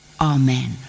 Amen